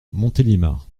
montélimar